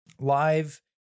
Live